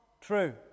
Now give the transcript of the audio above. true